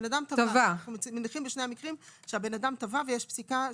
מניחים בשני המקרים שהאדם תבע ויש פסיקה שיפוטית.